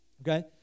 okay